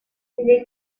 est